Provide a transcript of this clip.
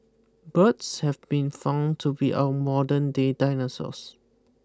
birds have been found to be our modern day dinosaurs